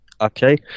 Okay